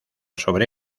sobre